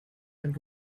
and